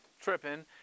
tripping